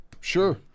Sure